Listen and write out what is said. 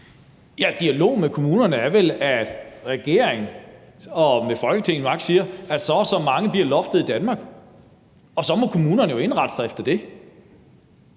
dialog med kommunerne er vel, at regeringen og Folketinget siger, at loftet i Danmark bliver på maks. så og så mange, og så må kommunerne jo indrette sig efter det.